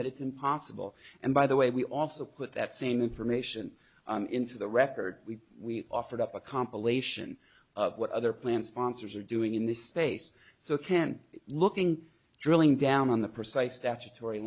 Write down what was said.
that it's impossible and by the way we also put that same information into the record we we offered up a compilation of what other plans sponsors are doing in this space so can be looking drilling down on the precise